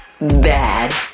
bad